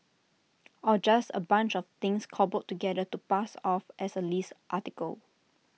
or just A bunch of things cobbled together to pass off as A list article